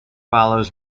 follows